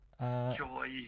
Joy